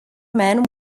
men